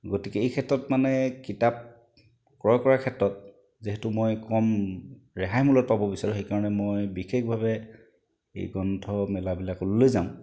গতিকে এই ক্ষেত্ৰত মানে কিতাপ ক্ৰয় কৰাৰ ক্ষেত্ৰত যিহেতু মই কম ৰেহাই মূল্যত পাব বিচাৰো সেইকাৰণে মই বিশেষভাৱে এই গ্ৰন্থমেলাবিলাকলৈ যাওঁ